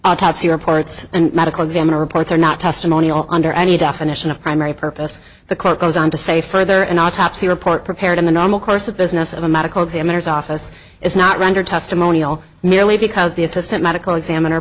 autopsy reports and medical examiner reports are not testimonial under any definition of primary purpose the quote goes on to say further an autopsy report prepared in the normal course of business of a medical examiner's office is not rendered testimonial merely because the assistant medical examiner